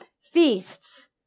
feasts